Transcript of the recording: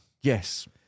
Yes